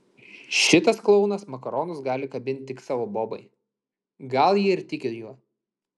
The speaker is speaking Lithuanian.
šitas klounas makaronus gali kabinti tik savo bobai gal ji ir tiki juo